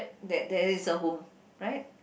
that there is a home right